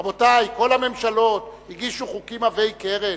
רבותי, כל הממשלות הגישו חוקים עבי כרס.